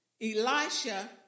Elisha